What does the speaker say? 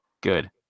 Good